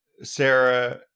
Sarah